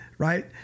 right